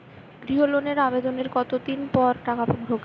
গৃহ লোনের আবেদনের কতদিন পর টাকা ঢোকে?